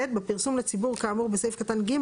בפרסום לציבור כאמור בסעיף קטן (ג),